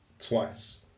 twice